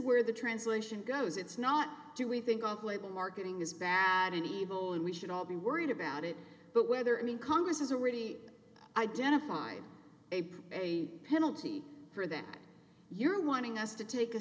where the translation goes it's not do we think off label marketing is bad and evil and we should all be worried about it but whether i mean congress has already identified a a penalty for that you're wanting us to take